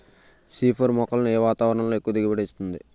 C four మొక్కలను ఏ వాతావరణంలో ఎక్కువ దిగుబడి ఇస్తుంది?